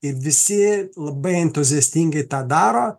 ir visi labai entuziastingai tą daro